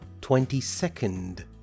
twenty-second